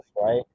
right